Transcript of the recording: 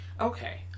okay